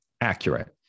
accurate